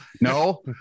No